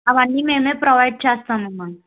అవన్నీ మేము ప్రొవైడ్ చేస్తాం అమ్మా